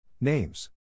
names